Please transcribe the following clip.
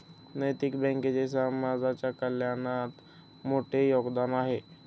नैतिक बँकेचे समाजाच्या कल्याणात मोठे योगदान आहे